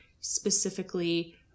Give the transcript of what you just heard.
specifically